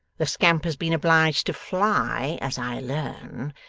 the scamp has been obliged to fly, as i learn,